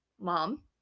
mom